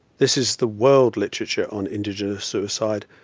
this is the world literature on indigenous suicide,